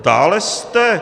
Dále jste...